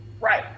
Right